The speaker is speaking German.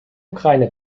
ukraine